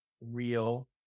real